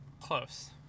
close